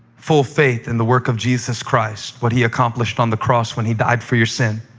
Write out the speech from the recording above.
full faith in the work of jesus christ, what he accomplished on the cross when he died for your sin,